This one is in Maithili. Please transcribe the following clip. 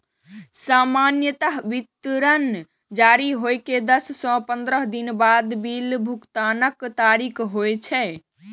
सामान्यतः विवरण जारी होइ के दस सं पंद्रह दिन बाद बिल भुगतानक तारीख होइ छै